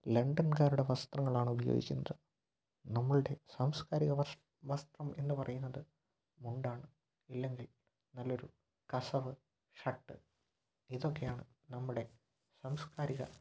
ലണ്ടൻകാരുടെ വസ്ത്രങ്ങളാണ് ഉപയോഗിക്കുന്നത് നമ്മളുടെ സാംസ്കാരിക വര്ഷം വസ്ത്രം എന്നുപറയുന്നത് മുണ്ടാണ് അല്ലെങ്കിൽ നല്ലൊരു കസവ് ഷർട്ട് ഇതൊക്കെയാണ് നമ്മുടെ സംസ്കാരിക വസ്ത്രങ്ങൾ